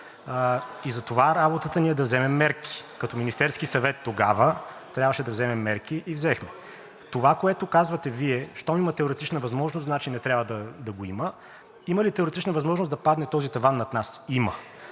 Затова работата ни е да вземем мерки. Като Министерският съвет тогава трябваше да вземем мерки и взехме. Това, което казвате Вие, че щом има теоретична възможност, значи не трябва да го има. Има ли теоретична възможност да падне този таван над нас? Има.